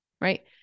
Right